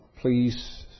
please